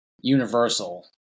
universal